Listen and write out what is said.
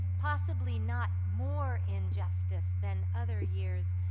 possibly not more injustice than other years,